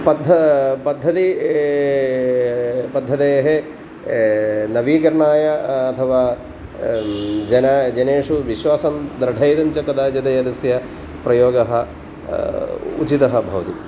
पद्ध पद्धतिः पद्धतेः नवीकरणाय अथवा जन जनेषु विश्वासं दृढयितुं च कदाचित् एतस्य प्रयोगः उचितः भवति